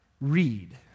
read